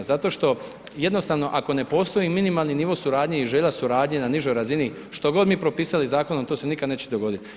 Zato što, jednostavno, ako ne postoji minimalni nivo suradnje i želja suradnje na nižoj razini, što god mi propisali zakonom, to se nikada neće dogoditi.